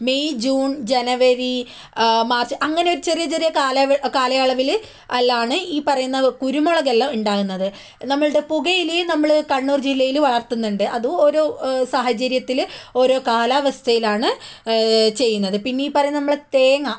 May June ജനുവരി March അങ്ങനെ ഒരു ചെറിയ ചെറിയ കാലവ കാലയളവില് എല്ലാമാണ് ഈ പറയുന്ന കുരുമുളകെല്ലാം ഉണ്ടാവുന്നത് നമ്മളുടെ പുകയിലയും നമ്മൾ കണ്ണൂർ ജില്ലയിൽ വളർത്തുന്നുണ്ട് അതു ഓരോ സാഹചര്യത്തിലും ഓരോ കാലാവസ്ഥയിലാണ് ചെയ്യുന്നത് പിന്നെ ഈ പറയുന്ന നമ്മൾടെ തേങ്ങ